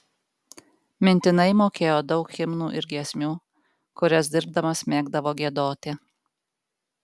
mintinai mokėjo daug himnų ir giesmių kurias dirbdamas mėgdavo giedoti